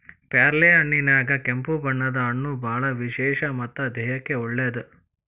ಪ್ಯಾರ್ಲಹಣ್ಣಿನ್ಯಾಗ ಕೆಂಪು ಬಣ್ಣದ ಹಣ್ಣು ಬಾಳ ವಿಶೇಷ ಮತ್ತ ದೇಹಕ್ಕೆ ಒಳ್ಳೇದ